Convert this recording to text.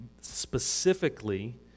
specifically